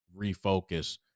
refocus